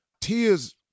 Tears